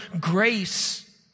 grace